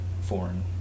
foreign